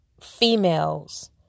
females